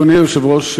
אדוני היושב-ראש,